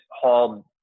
hauled